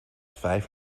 vijf